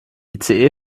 ice